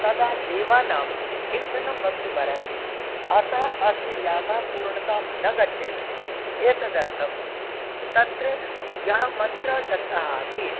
तदा देवानां हिंसनं भवितुमर्हति अतः अस्य यागः पूर्णतां न गच्छेत् एतदर्थं तत्र यः मन्त्रः दत्तः आसीत्